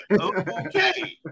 okay